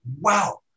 Wow